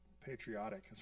patriotic